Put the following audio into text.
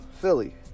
Philly